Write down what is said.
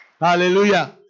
Hallelujah